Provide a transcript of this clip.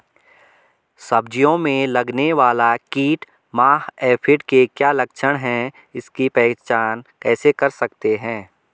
सब्जियों में लगने वाला कीट माह एफिड के क्या लक्षण हैं इसकी पहचान कैसे कर सकते हैं?